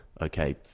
okay